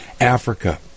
Africa